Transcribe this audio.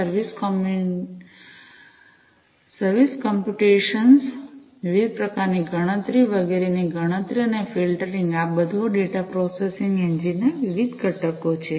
service computation વિવિધ પ્રકારની ગણતરી વગેરેની ગણતરી અને ફિલ્ટરિંગ આ બધું આ ડેટા પ્રોસેસિંગ એન્જિન ના વિવિધ ઘટકો છે